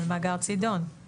על מאגר צידון.